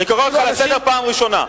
אני קורא אותך לסדר פעם ראשונה.